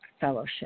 fellowship